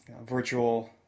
virtual